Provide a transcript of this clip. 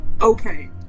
okay